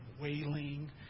wailing